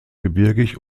gebirgig